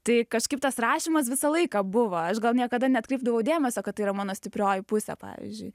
tai kažkaip tas rašymas visą laiką buvo aš gal niekada neatkreipdavau dėmesio kad tai yra mano stiprioji pusė pavyzdžiui